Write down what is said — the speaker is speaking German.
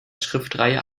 schriftenreihe